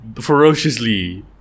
ferociously